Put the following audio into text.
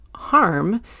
harm